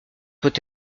peut